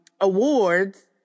awards